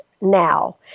now